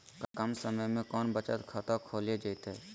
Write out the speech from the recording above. कम समय में कौन बचत खाता खोले जयते?